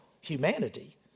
humanity